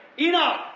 Enoch